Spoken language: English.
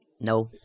No